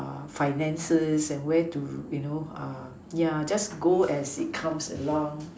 err finances and where to you know err ya just go as it comes along